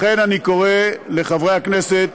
לכן, אני קורא לחברי הכנסת